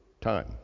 time